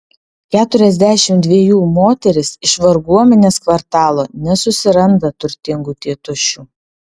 keturiasdešimt dvejų moteris iš varguomenės kvartalo nesusiranda turtingų tėtušių